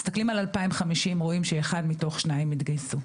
מסתכלים על 2050 ורואים שאחד מתוך שניים יתגייסו.